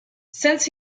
since